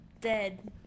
dead